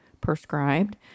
prescribed